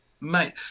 mate